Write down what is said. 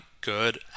good